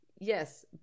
Yes